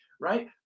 right